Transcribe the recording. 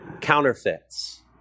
counterfeits